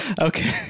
Okay